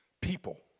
people